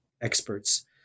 experts